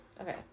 Okay